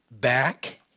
back